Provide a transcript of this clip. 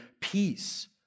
peace